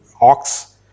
ox